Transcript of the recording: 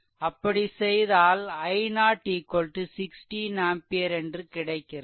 அப்படி செய்தால் i0 1 6 ampere என்று கிடைக்கிறது